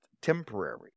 temporary